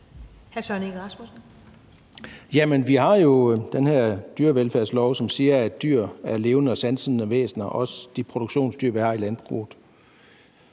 vi har jo den her dyrevelfærdslov, som siger, at dyr er levende og sansende væsener, også de produktionsdyr, vi har i landbruget.